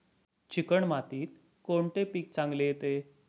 Chicken मातीत कोणते पीक चांगले येते?